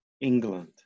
England